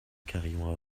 carillon